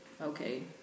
okay